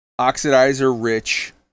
oxidizer-rich